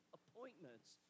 appointments